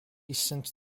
since